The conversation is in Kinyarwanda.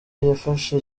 yafashe